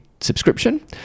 subscription